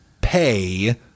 pay